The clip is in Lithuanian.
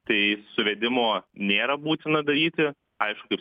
tai suvedimo nėra būtina daryti aišku